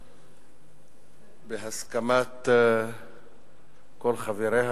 בהסכמת כל חבריה